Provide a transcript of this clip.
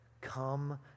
Come